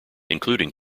including